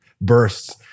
bursts